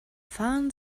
fahren